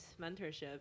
mentorship